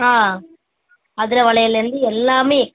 ஆ அதுரை வளையலில் இருந்து எல்லாமே